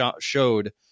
showed